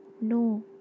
no